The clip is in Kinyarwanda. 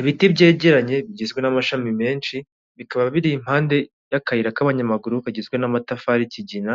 Ibiti byegeranye bigizwe n'amashami menshi bikaba biri impande y'akayira k'abanyamaguru kagizwe n'amatafari y'ikigina,